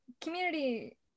community